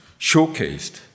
showcased